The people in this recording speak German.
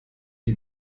die